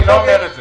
אני לא אומר את זה.